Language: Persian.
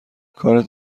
کارت